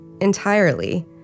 entirely